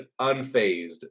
unfazed